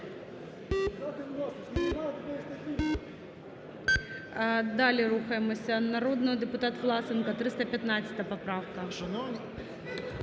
Далі рухаємося. Народний депутат Власенко, 315 поправка.